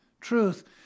Truth